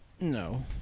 No